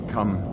Come